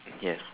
yes